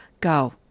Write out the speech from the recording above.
Go